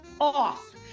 off